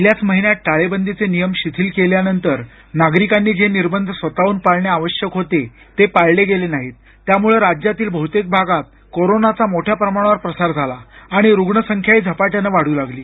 गेल्याच महिन्यात टाळेबंदीचे नियम शिथिल केल्यानंतर नागरिकांनी जे निर्बंध स्वतःहून पाळणे आवश्यक होते ते पाळले गेले नाहीत त्यामुळं राज्यातील बहुतेक भागात कोरोनाचा मोठ्या प्रमाणावर प्रसार झाला आणि रुग्णसंख्याही झपाट्यानं वाढू लागली